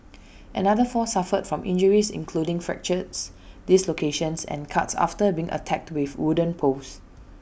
another four suffered from injuries including fractures dislocations and cuts after being attacked with wooden poles